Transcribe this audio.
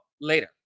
later